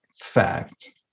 fact